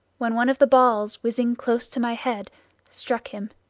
when one of the balls whizzing close to my head struck him.